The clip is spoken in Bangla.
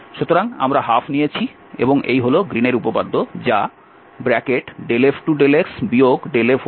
সুতরাং আমরা ½ নিয়েছি এবং এই হল গ্রীনের উপপাদ্য যা F2∂x F1∂ydxdy বলে